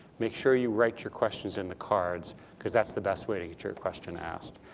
make sure you write your questions in the cards because that's the best way to get your question asked.